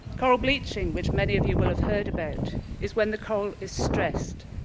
coral bleaching, which many of you will have heard about is when the coral is stressed,